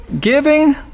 giving